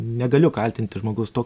negaliu kaltinti žmogaus tuo